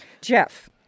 Jeff